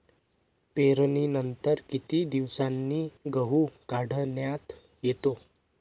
पेरणीनंतर किती दिवसांनी गहू काढण्यात येतो?